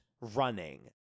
running